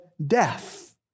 death